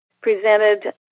presented